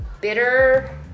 bitter